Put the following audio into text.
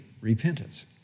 repentance